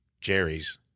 Jerry's